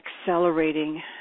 accelerating